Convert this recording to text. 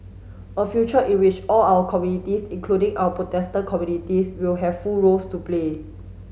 a future in which all our communities including our Protestant communities will have full roles to play